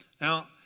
Now